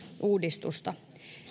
uudistusta